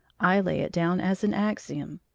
i lay it down as an axiom,